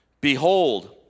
Behold